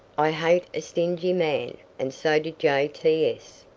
i hate a stingy man and so did j t s.